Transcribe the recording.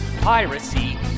piracy